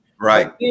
Right